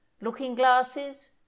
looking-glasses